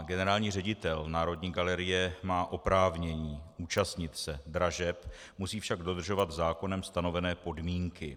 Generální ředitel Národní galerie má oprávnění účastnit se dražeb, musí však dodržovat zákonem stanovené podmínky.